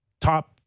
top